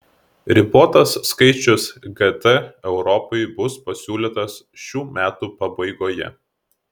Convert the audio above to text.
ribotas skaičius gt europai bus pasiūlytas šių metų pabaigoje